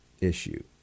issue